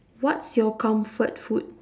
what's your comfort food